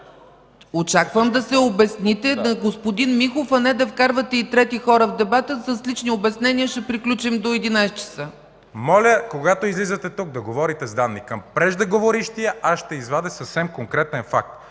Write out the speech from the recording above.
Очаквам да се обясните на господин Михов, а не да вкарвате и трети хора в дебата с лични обяснения, ще приключим до 11,00 ч. СТАНИСЛАВ АНАСТАСОВ: Моля, когато излизате тук, да говорите с данни. Към преждеговорившия ще извадя съвсем конкретен факт.